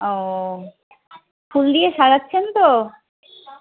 ও ফুল দিয়ে সাজাচ্ছেন তো